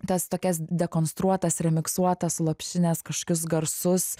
tas tokias dekonstruotas remiksuotas lopšines kažkokius garsus